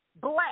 Black